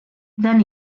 then